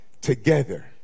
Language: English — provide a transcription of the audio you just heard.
together